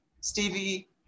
Stevie